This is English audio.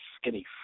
skinny